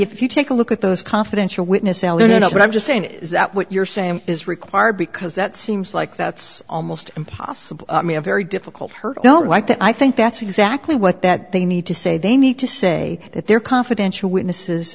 if you take a look at those confidential witness allan you know what i'm just saying is that what you're saying is required because that seems like that's almost impossible me a very difficult her i don't like that i think that's exactly what that they need to say they need to say that their confidential witnesses